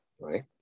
right